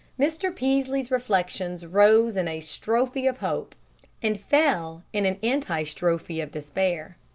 mr. peaslee's reflections rose in a strophe of hope and fell in an antistrophe of despair.